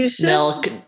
milk